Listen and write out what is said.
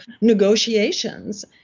negotiations